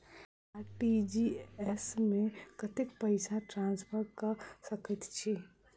RTGS मे कतेक पैसा ट्रान्सफर कऽ सकैत छी?